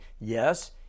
Yes